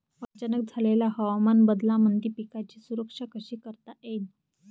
अचानक झालेल्या हवामान बदलामंदी पिकाची सुरक्षा कशी करता येईन?